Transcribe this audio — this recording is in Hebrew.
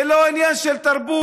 זה לא עניין של תרבות,